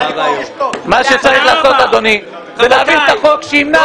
מה שצריך לעשות זה להביא את החוק שימנע